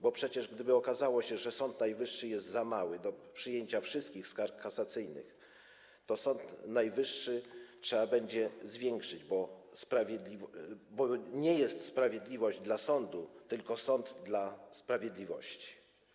Bo przecież gdyby okazało się, że Sąd Najwyższy jest za mały do przyjęcia wszystkich skarg kasacyjnych, to Sąd Najwyższy trzeba będzie powiększyć, bo nie sprawiedliwość jest dla sądu, tylko sąd jest dla sprawiedliwości.